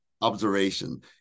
observation